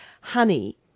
Honey